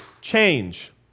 change